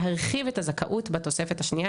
להרחיב את הזכות בתופסת השנייה.